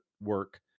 work